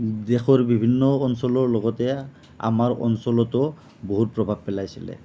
দেশৰ বিভিন্ন অঞ্চলৰ লগতে আমাৰ অঞ্চলতো বহুত প্ৰভাৱ পেলাইছিলে